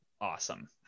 awesome